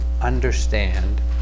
understand